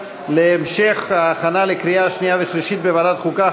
להמשך ההכנה לקריאה שנייה ושלישית בוועדת החוקה,